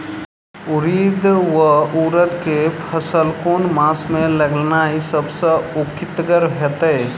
उड़ीद वा उड़द केँ फसल केँ मास मे लगेनाय सब सऽ उकीतगर हेतै?